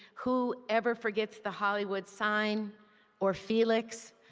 who ever forgets the hollywood sign or felix?